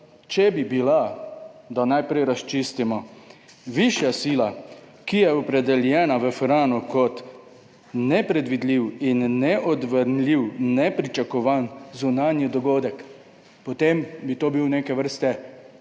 če bi bila, da najprej razčistimo, višja sila, ki je opredeljena v Franu kot nepredvidljiv in neovrgljiv, nepričakovan zunanji dogodek, potem bi to bil neke vrste